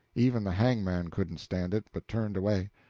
even the hangman couldn't stand it, but turned away.